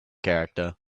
character